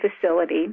facility